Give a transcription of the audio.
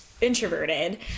introverted